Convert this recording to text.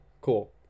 cool